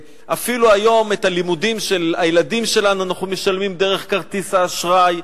היום אפילו את הלימודים של הילדים שלנו אנחנו משלמים דרך כרטיס האשראי,